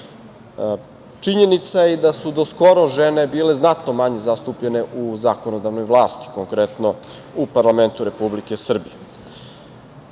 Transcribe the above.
60.Činjenica je i da su do skoro žene bile znatno manje zastupljene u zakonodavnoj vlasti, konkretno u parlamentu Republike Srbije.